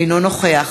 אינו נוכח